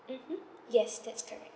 mmhmm yes that's correct